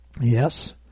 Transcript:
Yes